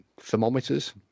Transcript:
thermometers